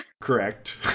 Correct